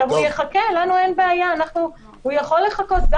הוא יחכה לנו אין בעיה, הוא יכול לחכות.